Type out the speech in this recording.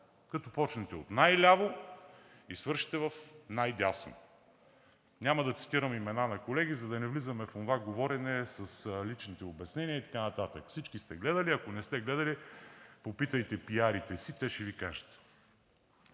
като почнете от най-ляво и свършите в най дясно. Няма да цитирам имена на колеги, за да не влизаме в онова говорене с личните обяснения и така нататък. Всички сте гледали, ако не сте гледали, попитайте пиарите си – те ще Ви кажат.